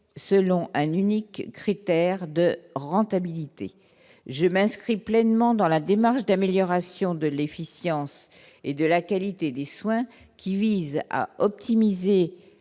selon un unique critère de rentabilité, je m'inscris pleinement dans la démarche d'amélioration de l'efficience et de la qualité des soins, qui vise à optimiser